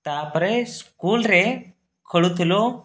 ତାପରେ ସ୍କୁଲ୍ ରେ ଖେଳୁଥିଲୁ